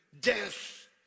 Death